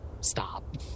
stop